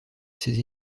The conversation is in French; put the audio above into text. ses